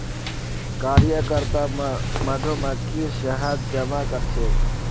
कार्यकर्ता मधुमक्खी शहद जमा करछेक